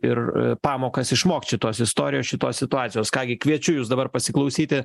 ir pamokas išmokt šitos istorijos šitos situacijos ką gi kviečiu jus dabar pasiklausyti